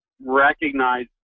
recognize